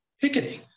picketing